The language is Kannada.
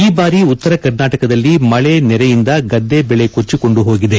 ಈ ಬಾರಿ ಉತ್ತರ ಕರ್ನಾಟಕದಲ್ಲಿ ಮಳೆ ನೆರೆಯಿಂದ ಬೆಳೆ ಕೊಚ್ಚಿಕೊಂಡು ಹೋಗಿದೆ